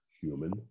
human